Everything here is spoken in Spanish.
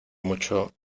mucho